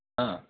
हा